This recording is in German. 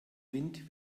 wind